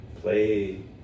play